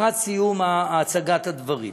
לקראת סיום הצגת הדברים,